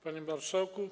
Panie Marszałku!